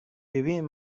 ببین